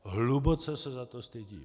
Hluboce se za to stydím.